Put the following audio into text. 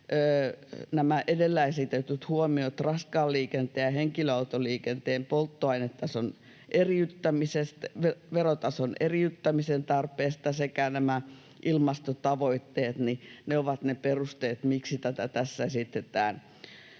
nämä edellä esitetyt huomiot raskaan liikenteen ja henkilöautoliikenteen polttoaineverotason eriyttämisen tarpeesta sekä 3) nämä ilmastotavoitteet, niin ne ovat ne perusteet, miksi tätä tässä esitetään